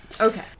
Okay